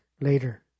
later